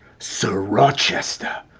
sir rochester,